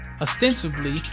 ostensibly